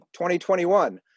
2021